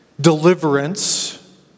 deliverance